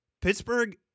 Pittsburgh